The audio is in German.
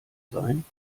sein